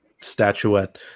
statuette